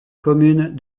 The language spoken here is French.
communes